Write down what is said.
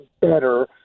better